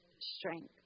strength